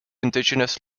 indigenous